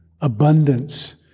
abundance